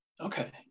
Okay